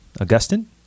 Augustine